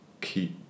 keep